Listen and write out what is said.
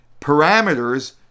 parameters